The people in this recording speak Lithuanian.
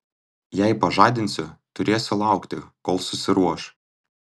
jei pažadinsiu turėsiu laukti kol susiruoš